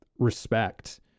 respect